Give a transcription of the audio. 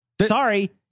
Sorry